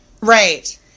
right